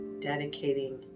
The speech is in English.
dedicating